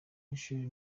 y’ishuri